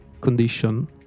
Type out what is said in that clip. condition